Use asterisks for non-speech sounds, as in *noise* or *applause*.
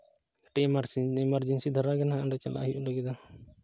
ᱟᱹᱰᱤ *unintelligible* ᱤᱢᱟᱨᱡᱮᱱᱥᱤ ᱫᱷᱟᱨᱟᱜᱮ ᱦᱟᱸᱜ ᱚᱸᱰᱮ ᱪᱟᱞᱟᱜ ᱦᱩᱭᱩᱜ ᱞᱟᱹᱜᱤᱫᱚᱜ